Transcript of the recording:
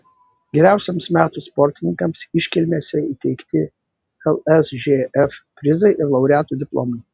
geriausiems metų sportininkams iškilmėse įteikti lsžf prizai ir laureatų diplomai